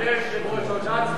אדוני היושב-ראש,